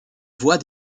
voit